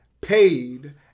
paid